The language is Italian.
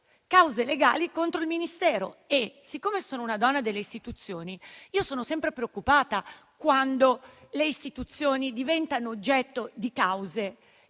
cause legali contro il Ministero. Siccome sono una donna delle istituzioni, sono sempre preoccupata quando queste diventano oggetto di cause